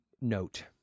note